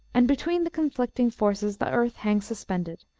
and between the conflicting forces the earth hangs suspended,